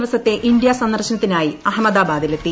ദിവസത്തെ ഇന്ത്യാ സന്ദർശനത്തിനായി അഹമ്മദാബാദിലെത്തി